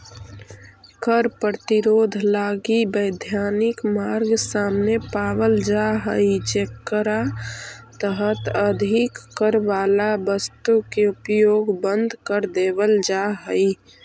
कर प्रतिरोध लगी वैधानिक मार्ग सामने पावल जा हई जेकरा तहत अधिक कर वाला वस्तु के उपयोग बंद कर देवल जा हई